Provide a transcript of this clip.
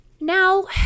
Now